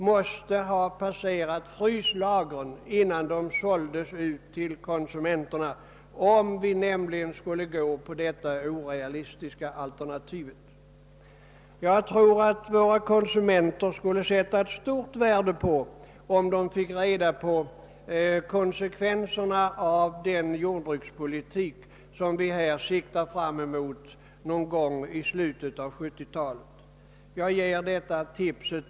— måste passera fryslagren innan de säljes till konsumenterna, om vi skulle välja detta orealistiska alternativ. Jag tror att våra konsumenter skulle sätta stort värde på att få kännedom om konsekvenserna av vad vi tänker genomföra på jordbrukspolitikens område någon gång i slutet på 1970-talet.